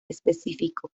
específico